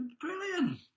Brilliant